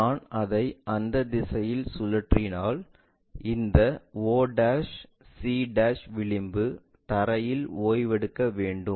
நான் அதை அந்த திசையில் சுழற்றினால் இந்த o c விளிம்பு தரையில் ஓய்வெடுக்க வேண்டும்